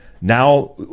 Now